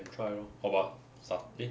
can try lor oh but satur~ eh